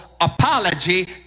apology